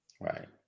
Right